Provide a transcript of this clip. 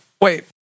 Wait